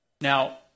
Now